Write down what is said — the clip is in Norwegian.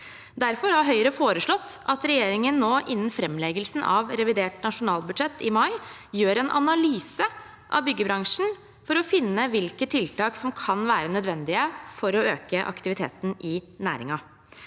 Derfor har Høyre foreslått at regjeringen nå innen framleggelsen av revidert nasjonalbudsjett i mai foretar en analyse av byggebransjen for å finne hvilke tiltak som kan være nødvendige for å øke aktiviteten i næringen.